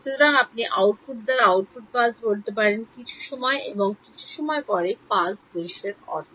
সুতরাং আপনি আউটপুট দ্বারা আউটপুট pulse বলতে পারেন কিছু সময় এবং সময় ঠিক পরে pulse দৃশ্যের অর্থ